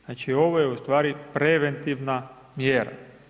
Znači, ovo je u stvari preventivna mjera.